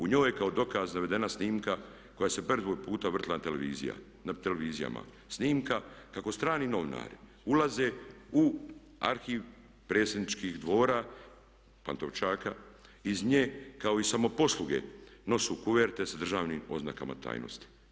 U njoj je kao dokaz navedena snimka koja se puno puta vrtjela na televizijama, snimka kako strani novinari ulaze u arhiv predsjedničkih dvora, Pantovčaka, iz nje kao iz samoposluge nose kuverte sa državnim oznakama tajnosti.